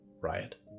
Riot